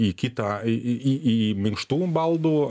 į kitą į į į į minkštų baldų